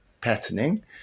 patterning